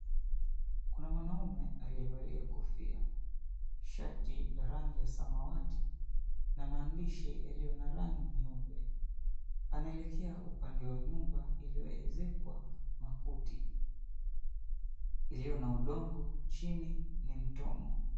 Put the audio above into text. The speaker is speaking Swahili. Kuna mwanaume aliyevalia kofi, shati la rangi ya samawati na maandishi yaliyo na rangi nyeupe Anaelekea upande wa nyumba iliyoezekwa makuti, iliyo na udongo chini ni mtomo.